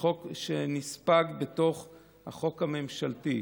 חוק שנספג בתוך החוק הממשלתי.